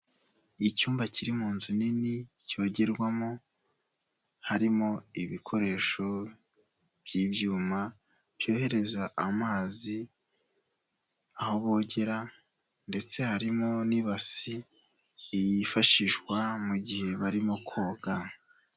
Icyumba kiri mu nzu nini cyogerwamo, harimo ibikoresho by'ibyuma byohereza amazi aho bogera ndetse harimo n'ibasi yifashishwa mu gihe barimo koga.